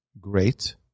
great